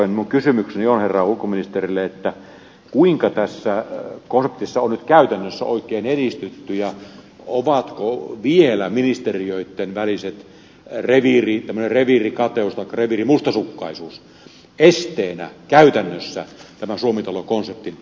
minun kysymykseni on herra ulkoministerille kuinka tässä konseptissa on nyt käytännössä oikein edistytty ja onko vielä ministeriöitten välinen reviirikateus tai reviirimustasukkaisuus esteenä käytännössä tämän suomi talo konseptin eteenpäinviemiselle